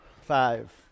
Five